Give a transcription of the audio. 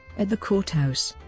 at the courthouse,